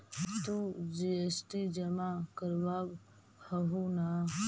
तु जी.एस.टी जमा करवाब हहु न?